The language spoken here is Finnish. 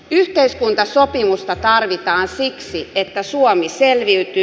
yhteiskuntasopimusta tarvitaan siksi että suomi selviytyy